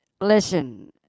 Listen